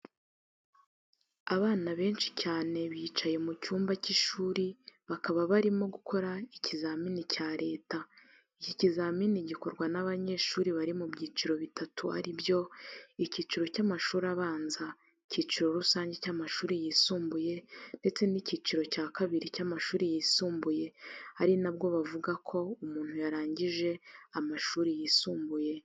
Abana benshi byane bicaye mu cyumba cy'ishuri bakaba barimo gukora ikizamini cya leta, iki kizamini gikorwa n'abanyeshuri bari mu byiciro bitatu ari byo: icyiciro cy'amashuri abanza, icyiciro rusange cy'amashuri yisumbuye ndetse n'icyiciro cya babiri cy'amashuri y'isumbuye ari na bwo bavuga ko umuntu yarangije amashuri yisumbuye.